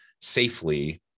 safely